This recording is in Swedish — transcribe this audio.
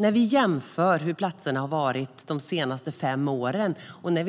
När de jämför antalet platser de senaste fem åren med